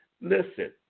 Listen